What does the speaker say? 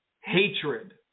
hatred